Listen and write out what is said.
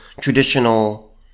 traditional